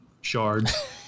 shards